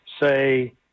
say